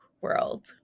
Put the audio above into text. world